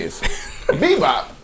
Bebop